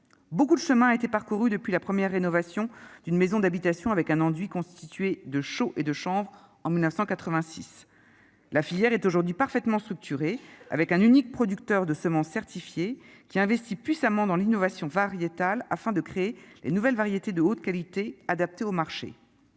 beaucoup de chemin a été parcouru depuis la première rénovation d'une maison d'habitation avec un enduit constitué de chaud et de chambre en 1986 la filière est aujourd'hui parfaitement structurée avec un unique producteur de semences certifiées qui investit puissamment dans l'innovation variétale afin de créer les nouvelles variétés de haute qualité adaptés au marché,